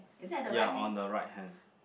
ya on the right hand